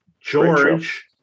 George